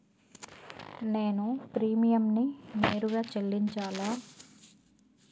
నేను ప్రీమియంని నేరుగా చెల్లించాలా?